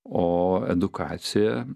o edukacija